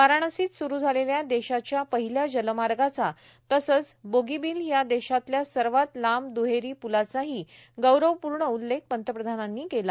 वाराणसीत सुरू झालेल्या देशाच्या पहिल्या जलमार्गाचा तसंच बोगीबिल या देशातल्या सर्वात लांब दुहेरी पुलाचाही गौरवपूर्ण उल्लेख पंतप्रधानांनी केला